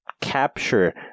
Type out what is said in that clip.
capture